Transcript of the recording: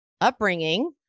upbringing